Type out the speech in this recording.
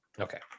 Okay